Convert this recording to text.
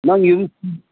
ꯅꯪꯒꯤ